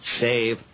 Save